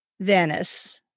Venice